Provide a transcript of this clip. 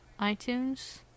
iTunes